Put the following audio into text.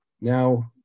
now